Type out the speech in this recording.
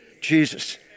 Jesus